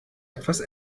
etwas